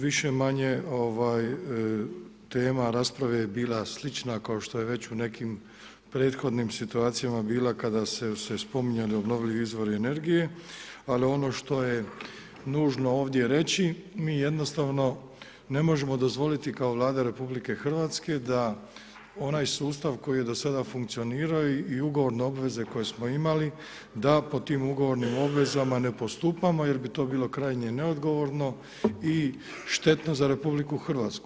Više-manje tema rasprave je bila slična kao što je već u nekim prethodnim situacijama bila kada su se spominjali obnovljivi izvori energije, ali ono što je nužno ovdje reći, mi jednostavno ne možemo dozvoli kao Vlada RH da onaj sustav koji je do sada funkcionirao i ugovorne obveze koje smo imali da po tim ugovornim obvezama ne postupamo jer bi to bilo krajnje neodgovorno i štetno za RH.